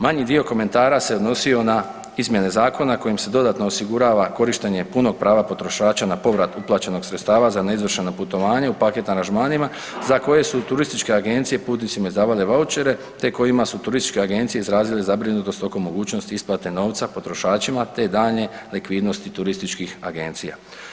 Manji dio komentara se odnosio na izmjene zakona kojim se dodatno osigurava korištenje punog prava potrošača na povrat uplaćenog sredstava za neizvršena putovanja u paket aranžmanima za koje su turističke agencije putnicima izdavale vaučere, te kojima su turističke agencije izrazile zabrinutost tokom mogućnosti isplate novca potrošačima, te daljnje likvidnosti turističkih agencija.